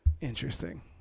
interesting